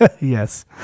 Yes